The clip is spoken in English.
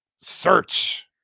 search